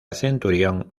centurión